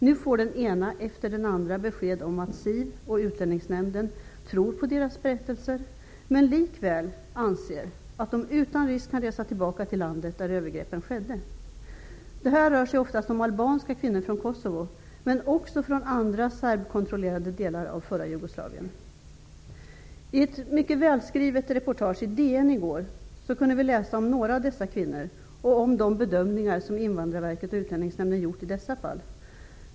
Nu får den ena kvinnan efter den andra besked om att SIV och Utlänningsnämnden tror på deras berättelser, men att man likväl anser att de utan risk kan resa tillbaka till landet där övergreppen skedde. Detta rör sig ofta om albanska kvinnor från Kosovo, men också om kvinnor från andra serbkontrollerade delar av det forna Jugoslavien. I ett mycket välskrivet reportage i DN i går kunde man läsa om några av dessa kvinnor och om de bedömningar som Invandrarverket och Utlänningsnämnden har gjort i dessa fall.